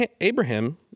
Abraham